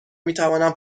میتوانم